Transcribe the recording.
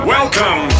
Welcome